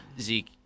Zeke